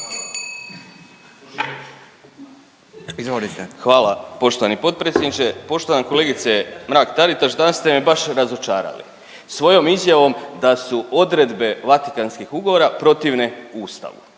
(HDZ)** Hvala poštovani potpredsjedniče. Poštovana kolegice Mrak Taritaš, danas ste me baš razočarali svojom izjavom da su odredbe Vatikanskih ugovora protivne Ustavu